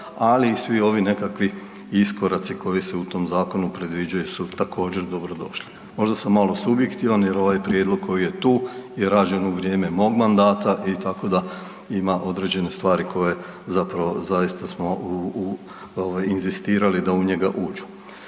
ali i svi ovi nekakvi iskoraci koji se u tom zakonu predviđaju su također dobro došli. Možda sam sam malo subjektivan jer ovaj prijedlog koji je tu, je rađen u vrijeme mog mandata i tako da ima određene stvari koje zapravo zaista smo inzistirali da u njega uđu.